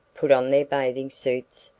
put on their bathing suits,